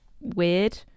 weird